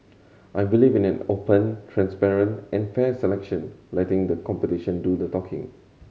I believe in an open transparent and fair selection letting the competition do the talking